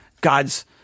God's